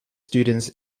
students